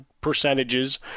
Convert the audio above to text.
percentages